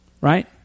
right